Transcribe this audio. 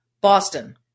Boston